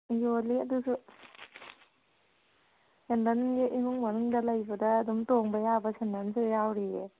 ꯌꯣꯜꯂꯤ ꯑꯗꯨꯁꯨ ꯁꯦꯟꯗꯜꯁꯦ ꯏꯃꯨꯡ ꯃꯅꯨꯡꯗ ꯂꯩꯕꯗ ꯑꯗꯨꯝ ꯇꯣꯡꯕ ꯌꯥꯕ ꯁꯦꯟꯗꯜꯁꯨ ꯌꯥꯎꯔꯤꯌꯦ